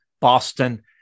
Boston